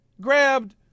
Grabbed